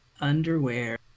underwear